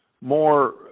more